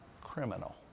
criminal